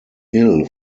hill